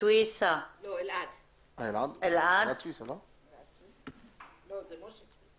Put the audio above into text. אני רוצה להדגיש נקודה אחת שלא הודגשה מספיק,